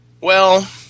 Well